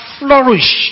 flourish